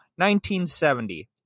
1970